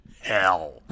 hell